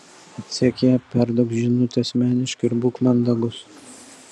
atsek ją perduok žinutę asmeniškai ir būk mandagus